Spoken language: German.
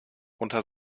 unter